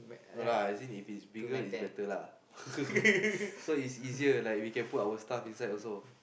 no lah as in if it's bigger it's better lah so it's easier we can put our stuff inside also